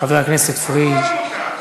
חבר הכנסת פריג'.